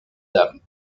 dames